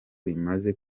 rimaze